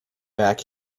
back